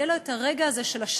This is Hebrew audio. יהיה לו הרגע של השקט,